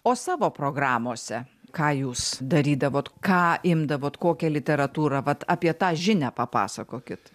o savo programose ką jūs darydavot ką imdavot kokią literatūrą vat apie tą žinią papasakokit